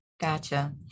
Gotcha